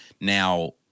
now